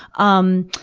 um,